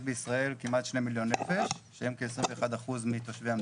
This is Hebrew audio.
בישראל כמעט 2 מיליון נפש שהם כ-21% מתושבי המדינה.